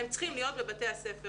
הם צריכים להיות בבתי הספר